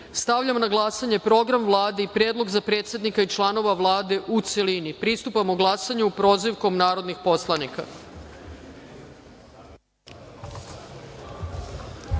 spisku. Stavljam na glasanje Program Vlade i predlog za predsednika i članova Vlade u celini. Pristupamo glasanju prozivkom narodnih poslanika.